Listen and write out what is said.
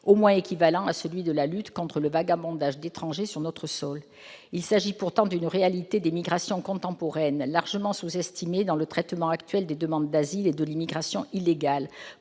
au moins équivalent à la lutte contre le vagabondage d'étrangers sur notre sol. Pourtant, cette réalité des migrations contemporaines est largement sous-estimée dans le traitement actuel des demandes d'asile et de l'immigration illégale,